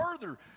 further